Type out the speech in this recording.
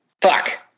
Fuck